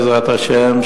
בעזרת השם,